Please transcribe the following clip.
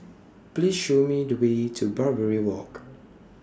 Please Show Me The Way to Barbary Walk